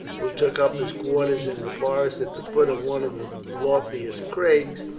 who took up his quarters in the forest at the foot of one of the loftiest crags,